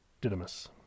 Didymus